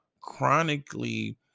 chronically